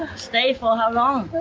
stay for how long?